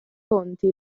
fonti